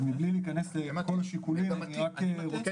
אז מבלי להיכנס לכל השיקולים, אני רק רוצה